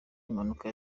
impanuka